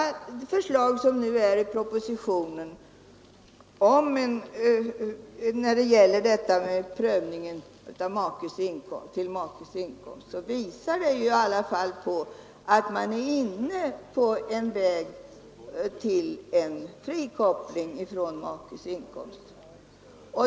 Förslaget i propositionen när det gäller prövning mot makes inkomst visar i alla fall att man är inne på en väg mot frikoppling från makes inkomst.